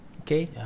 okay